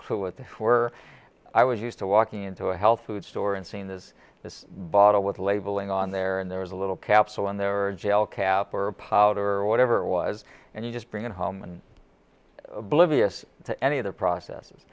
were i was used to walking into a health food store and seeing this this bottle with labeling on there and there was a little capsule in there or gelcap or powder or whatever it was and you just bring it home and oblivious to any of the process